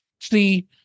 See